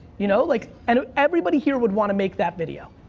you know like and ah everybody here would wanna make that video.